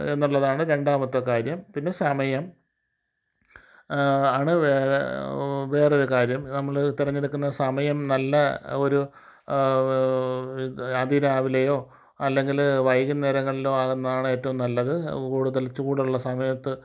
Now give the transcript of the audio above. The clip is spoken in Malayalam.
എന്നുള്ളതാണ് രണ്ടാമത്തെ കാര്യം പിന്നെ സമയം ആണ് വേറെ വേറെ ഒരു കാര്യം നമ്മൾ തെരഞ്ഞെടുക്കുന്ന സമയം നല്ല ഒരു അതിരാവിലെയോ അല്ലെങ്കിൽ വൈകുന്നേരങ്ങളിലോ ആകുന്നതാണ് ഏറ്റവും നല്ലത് കൂടുതൽ ചൂടുള്ള സമയത്ത്